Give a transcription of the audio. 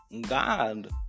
god